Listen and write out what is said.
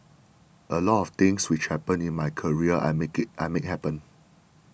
a lot of things which happened in my career I made it I made happen